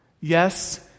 Yes